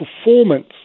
performance